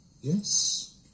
Yes